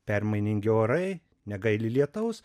permainingi orai negaili lietaus